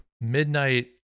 Midnight